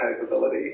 capability